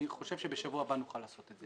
אני חושב שבמהלך שבוע הבא נוכל לעשות את זה.